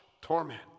torment